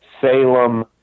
Salem